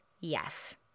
yes